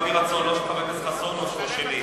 לא על-פי הרצון של חבר הכנסת חסון או שלי.